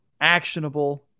actionable